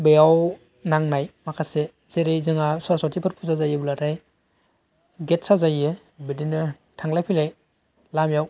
बेयाव नांनाय माखासे जेरै जोंहा सरासतिफोर फुजा जायोब्लाथाय गेट साजायो बिदिनो थांलाय फैलाय लामायाव